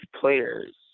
players